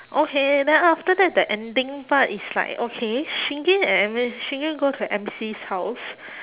okay then after that the ending part is like okay shingen and M in shingen go to M_C's house